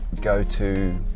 go-to